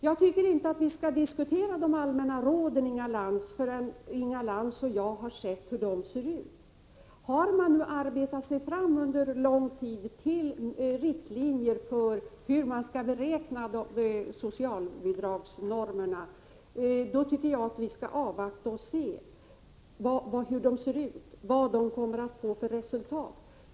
Jag tycker inte att vi skall diskutera de allmänna råden, Inga Lantz, förrän vi har sett hur de ser ut. Om man under lång tid har arbetat sig fram till riktlinjer för hur socialbidragsnormerna skall beräknas, skall vi enligt min mening avvakta riktlinjernas utformning och vad de kommer att få för resultat.